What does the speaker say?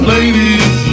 Ladies